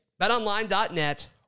betonline.net